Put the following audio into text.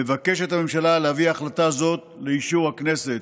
מבקשת הממשלה להביא החלטה זאת לאישור הכנסת.